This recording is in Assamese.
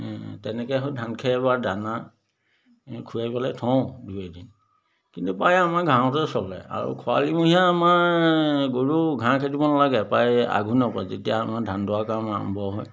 ও তেনেকৈ হয় ধান খেৰ বা দানা এ খুৱাই পেলাই থওঁ দুই এদিন কিন্তু প্ৰায় আমাৰ ঘাঁহতে চলে আৰু খৰালিমহীয়া আমাৰ গৰু ঘাঁহ কাটিব নালাগে প্ৰায় আঘোণৰ পৰা যেতিয়া আমাৰ ধান দোৱা কাম আৰম্ভ হয়